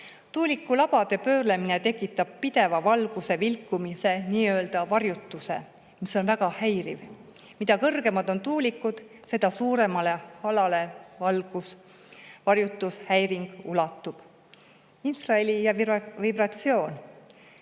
Tuulikulabade pöörlemine tekitab ka pideva valguse vilkumise, nii-öelda varjutuse, mis on väga häiriv. Mida kõrgemad on tuulikud, seda suuremale alale valgusvarjutuse häiring ulatub. Infraheli ja vibratsioon.